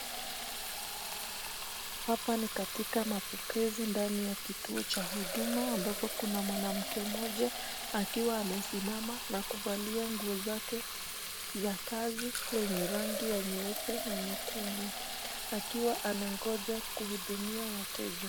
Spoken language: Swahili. Hapa ni katikati mapokezi katikati kituo cha uduma ambapo Kuna mwanamke mmjoja akiwa amesimama na kuvalia nguo zake za kazi lenye rangi ya nyeupe na nyekundu akiwa anangoja kuudumia wateja.